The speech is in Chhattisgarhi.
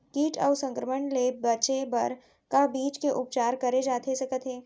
किट अऊ संक्रमण ले बचे बर का बीज के उपचार करे जाथे सकत हे?